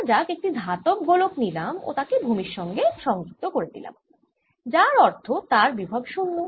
ধরা যাক একটি ধাতব গোলক নিলাম ও তাকে ভুমির সঙ্গে যুক্ত করে দিলাম যার অর্থ তার বিভব 0